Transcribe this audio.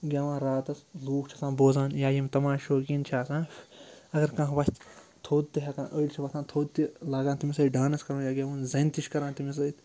گٮ۪وان راتَس لوٗکھ چھِ آسان بوزان یا یِم تَماش شوکیٖن چھِ آسان اگر کانٛہہ وَتھِ تھوٚد تہِ ہٮ۪کان أڑۍ چھِ وَتھان تھوٚد تہِ لاگان تٔمِس سۭتۍ ڈانٕس کَرُن یا گٮ۪وُن زَنہِ تہِ چھِ کَران تٔمِس سۭتۍ